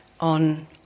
on